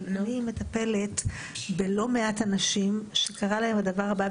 אבל אני מטפלת בלא מעט אנשים שקרה להם הדבר הבא,